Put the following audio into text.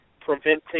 preventing